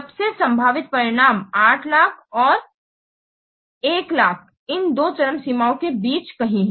सबसे संभावित परिणाम 800000 और 100000 इन दो चरम सीमाओं के बीच कहीं है